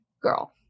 girl